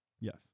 Yes